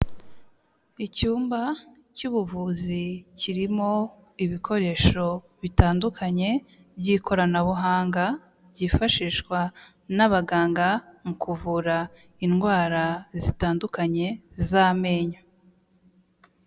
Icyumba cy'ubuvuzi kirimo ibikoresho bitandukanye by'ikoranabuhanga, byifashishwa n'abaganga mu kuvura indwara zitandukanye z'amenyo.